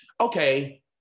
okay